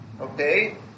okay